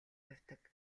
явдаг